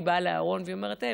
היא באה לאהרן ואומרת: היי,